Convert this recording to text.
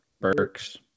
Burks